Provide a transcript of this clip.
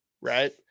right